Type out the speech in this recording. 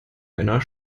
einer